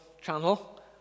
channel